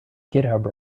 github